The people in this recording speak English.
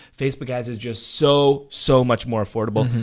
facebook ads is just so, so much more affordable.